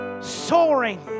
soaring